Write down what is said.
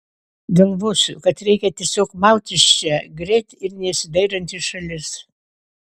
galvosiu kad reikia tiesiog maut iš čia greit ir nesidairant į šalis